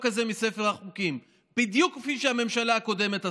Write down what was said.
הזה מספר החוקים בדיוק כפי שהממשלה הקודמת עשתה.